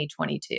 2022